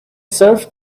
serve